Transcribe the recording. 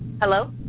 Hello